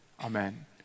Amen